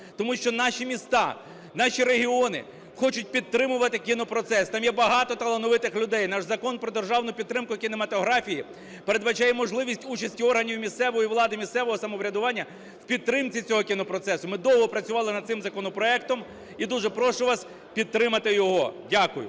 Тому що наші міста, наші регіони хочуть підтримувати кінопроцес, там є багато талановитих людей. Наш Закон "Про державну підтримку кінематографії" передбачає можливість участі органів місцевої влади, місцевого самоврядування в підтримці цього кінопроцесу. Ми довго працювали над цим законопроектом. І дуже прошу вас підтримати його. Дякую.